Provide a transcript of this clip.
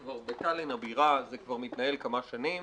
בטאלין הבירה זה כבר מתנהל כמה שנים.